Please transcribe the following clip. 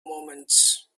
moments